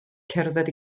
cerdded